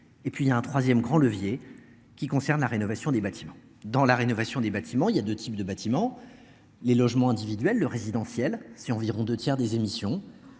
Et puis il y a un 3ème grand levier qui concerne la rénovation des bâtiments dans la rénovation des bâtiments, il y a 2 types de bâtiments. Les logements individuels le résidentiel, c'est environ deux tiers des émissions